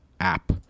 app